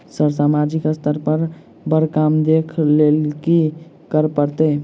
Sir सामाजिक स्तर पर बर काम देख लैलकी करऽ परतै?